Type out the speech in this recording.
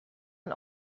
and